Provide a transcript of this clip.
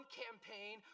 campaign